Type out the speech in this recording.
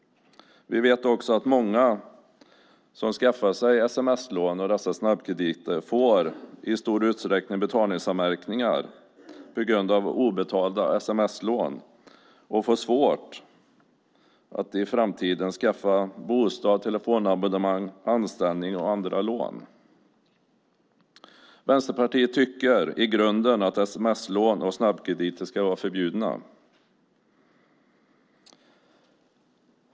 Vi vet också att många som skaffar sig sms-lån och dessa snabbkrediter i stor utsträckning får betalningsanmärkningar på grund av obetalda sms-lån. De får svårt att i framtiden skaffa bostad, telefonabonnemang, anställning och andra lån. Vänsterpartiet tycker i grunden att sms-lån och snabbkrediter ska vara förbjudna.